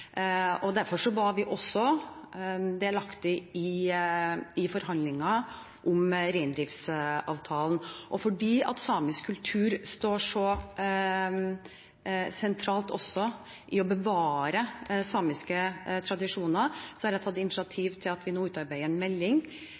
Derfor var vi også delaktig i forhandlingen om reindriftsavtalen. Fordi samisk kultur står så sentralt i å bevare samiske tradisjoner, har jeg tatt initiativ til at vi nå utarbeider en melding